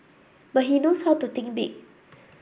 but he knows how to think big